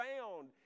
found